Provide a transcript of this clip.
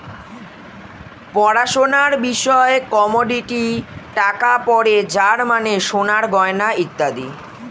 পড়াশোনার বিষয়ে কমোডিটি টাকা পড়ে যার মানে সোনার গয়না ইত্যাদি